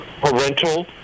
parental